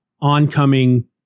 oncoming